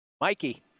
Mikey